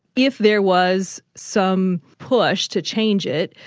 if there was some push to change it,